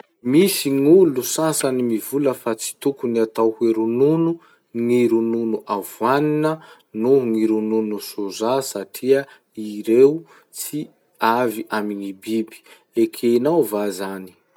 Misy gn'olo sasany mivola fa tsy tokony ho volagny 'ronono' gny ronono avoanina noho gny ronono soja satria tsy avy amin'ny biby ii rey. Ekegninao va zay?